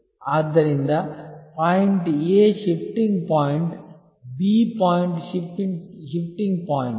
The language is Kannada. ಆದ್ದರಿಂದ point A shifting point B point shifting point